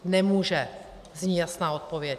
Nemůže, zní jasná odpověď.